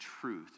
truth